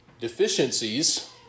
deficiencies